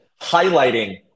highlighting